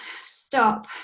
stop